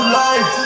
life